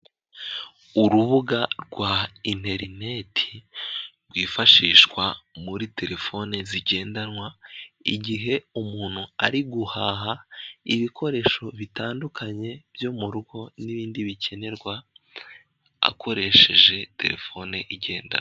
Urubuga rwa interineti rwifashishwa muri terefoni zigendanwa, igihe umuntu ari guhaha ibikoresho bitandukanye byo mu rugo n'ibindi bikenerwa akoresheje terefone igendanwa.